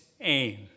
aim